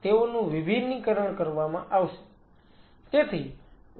અથવા તેઓનું વિભિન્નીકરણ કરવામાં આવશે